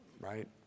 right